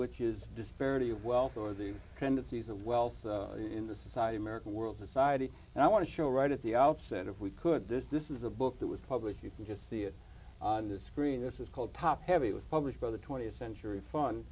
which is disparity of wealth or the kind of these a wealth in the society american world society and i want to show right at the outset if we could this this is a book that was published you can just see it on the screen this is called top heavy with published by the th century fun